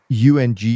UNG